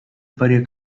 varie